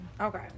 Okay